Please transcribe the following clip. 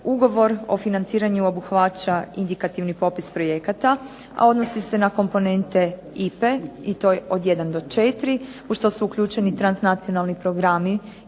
Ugovor o financiranju obuhvaća indikativni popis projekata, a odnosi se na komponente IPA-e i to od 1 do 4, u što su uključeni transnacionalni programi